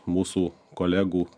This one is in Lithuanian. mūsų kolegų